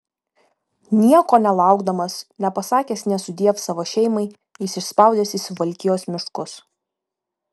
nieko nelaukdamas nepasakęs nė sudiev savo šeimai jis išspaudęs į suvalkijos miškus